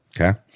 okay